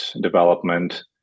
development